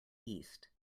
east